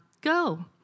go